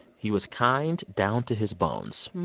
he was kind down to his bones.